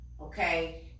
Okay